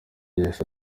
yahise